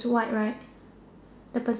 white right the person